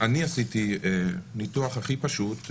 אני עשיתי ניתוח הכי פשוט,